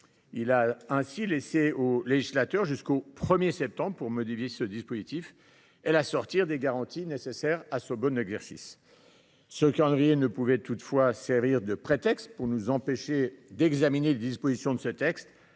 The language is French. douanes et laissé au législateur jusqu’au 1 septembre 2023 pour modifier ce dispositif et l’assortir des garanties nécessaires à son bon exercice. Ce calendrier ne pouvait toutefois servir de prétexte pour nous empêcher d’examiner les dispositions de ce texte